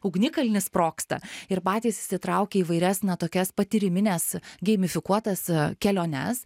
ugnikalnis sprogsta ir patys įsitraukė į įvairias na tokias patyrimines geimifikuotas keliones